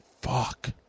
Fuck